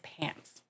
pants